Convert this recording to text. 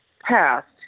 passed